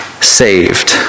saved